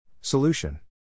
Solution